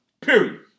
Period